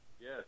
Yes